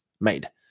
made